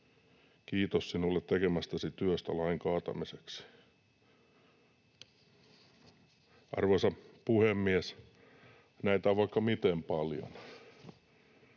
Kiitos sinulle tekemästäsi työstä lain kaatamiseksi.” Arvoisa puhemies! Näitä on vaikka miten paljon.